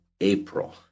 April